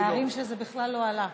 בערים שזה בכלל לא עלה.